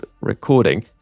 recording